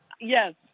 yes